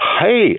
hey